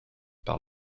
par